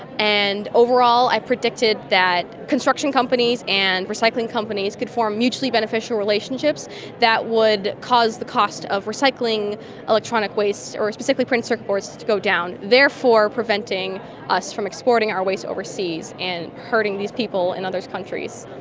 and overall i predicted that construction companies and recycling companies could form mutually beneficial relationships that would cause the cost of recycling electronic waste or specifically printed circuit boards to go down, therefore preventing us from exporting our waste overseas and hurting these people in other countries.